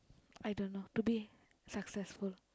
I don't know to be successful